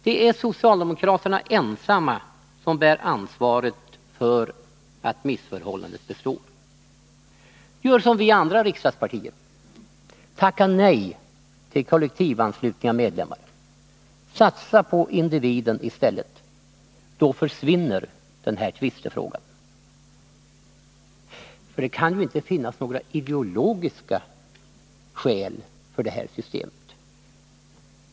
Det är socialdemokraterna ensamma som bär ansvaret för att missförhållandet består. Gör som vi andra riksdagspartier! Tacka nej till kollektivanslutna medlemmar! Satsa på individen i stället — då försvinner den här tvistefrå 127 Det kan inte finnas några ideologiska skäl för det här systemet.